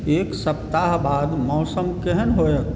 एक सप्ताह बाद मौसम केहन होयत